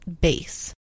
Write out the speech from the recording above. base